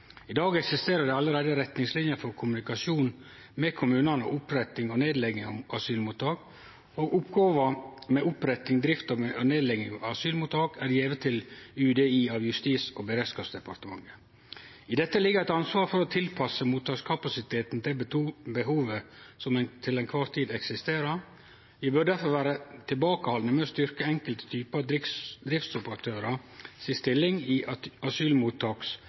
I dag eksisterer det allereie retningslinjer for kommunikasjon med kommunane om oppretting og nedlegging av asylmottak, og oppgåva med oppretting, drift og nedlegging av asylmottak er gjeve til UDI av Justis- og beredskapsdepartementet. I dette ligg eit ansvar for å tilpasse mottakskapasiteten til det behovet som til kvar tid eksisterer. Vi bør difor vere tilbakehaldne med å styrkje enkelte typar driftsoperatørar si stilling i asylmottaksmarknaden som går ut over andre, sidan det ikkje kan dokumenterast at